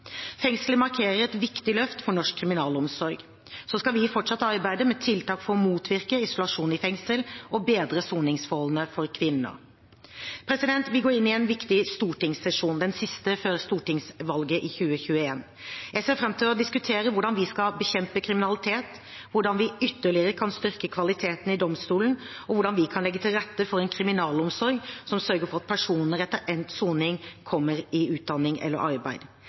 markerer et viktig løft for norsk kriminalomsorg. Så skal vi fortsatt arbeide med tiltak for å motvirke isolasjon i fengsel og bedre soningsforholdene for kvinner. Vi går inn i en viktig stortingssesjon, den siste før stortingsvalget i 2021. Jeg ser fram til å diskutere hvordan vi skal bekjempe kriminalitet, hvordan vi ytterligere kan styrke kvaliteten i domstolen, og hvordan vi kan legge til rette for en kriminalomsorg som sørger for at personer etter endt soning kommer i utdanning eller arbeid.